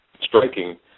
striking